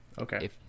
Okay